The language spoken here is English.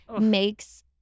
makes